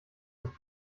sich